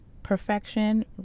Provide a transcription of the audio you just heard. Perfection